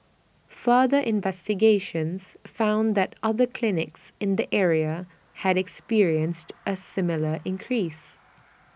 further investigations found that other clinics in the area had experienced A similar increase